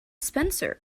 spencer